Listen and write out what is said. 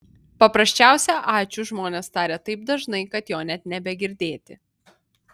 paprasčiausią ačiū žmonės taria taip dažnai kad jo net nebegirdėti